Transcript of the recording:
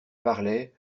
parlait